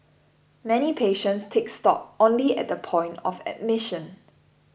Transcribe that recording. many patients take stock only at the point of admission